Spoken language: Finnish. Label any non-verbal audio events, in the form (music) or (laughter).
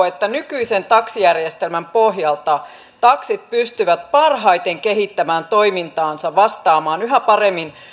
(unintelligible) että nykyisen taksijärjestelmän pohjalta taksit pystyvät parhaiten kehittämään toimintaansa vastaamaan yhä paremmin